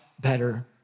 better